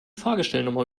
fahrgestellnummer